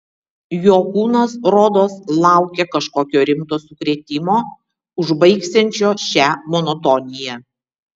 jo kūnas rodos laukė kažkokio rimto sukrėtimo užbaigsiančio šią monotoniją